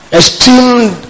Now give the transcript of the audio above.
esteemed